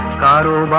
daughter